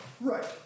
right